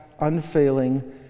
unfailing